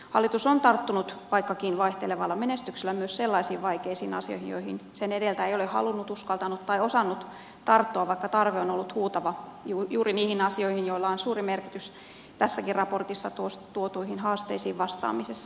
hallitus on tarttunut vaikkakin vaihtelevalla menestyksellä myös sellaisiin vaikeisiin asioihin joihin sen edeltäjä ei ole halunnut uskaltanut tai osannut tarttua vaikka tarve on ollut huutava juuri niihin asioihin joilla on suuri merkitys tässäkin raportissa tuotuihin haasteisiin vastaamisessa